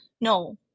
No